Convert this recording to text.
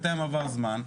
בינתיים עבר זמן,